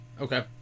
okay